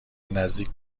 نزدیک